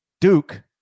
Duke